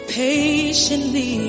patiently